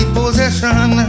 possession